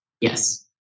Yes